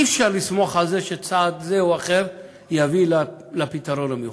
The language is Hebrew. אי-אפשר לסמוך על זה שצעד זה או אחר יביא לפתרון המיוחל.